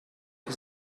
his